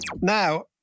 Now